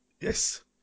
Yes